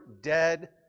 dead